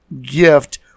gift